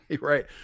Right